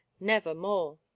nevermore